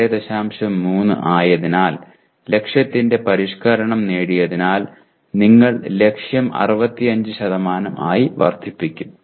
3 ആയതിനാൽ ലക്ഷ്യത്തിന്റെ പരിഷ്ക്കരണം നേടിയതിനാൽ നിങ്ങൾ ലക്ഷ്യം 65 ആയി വർദ്ധിപ്പിക്കും